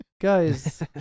Guys